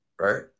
right